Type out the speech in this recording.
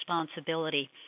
responsibility